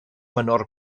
menor